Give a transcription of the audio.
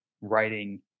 writing